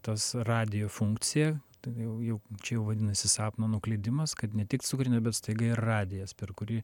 tas radijo funkcija t jau jau čia jau vadinasi sapno nuklydimas kad ne tik cukrinė bet staiga ir radijas per kurį